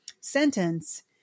sentence